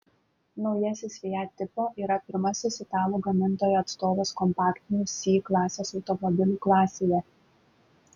naujasis fiat tipo yra pirmasis italų gamintojo atstovas kompaktinių c klasės automobilių klasėje